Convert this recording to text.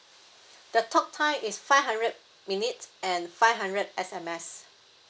that talktime is five hundred minutes and five hundred S_M_S